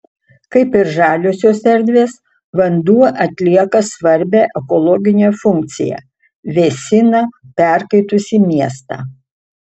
kaip ir žaliosios erdvės vanduo atlieka svarbią ekologinę funkciją vėsina perkaitusį miestą